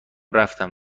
رفتم